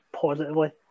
positively